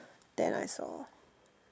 then I saw